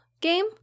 game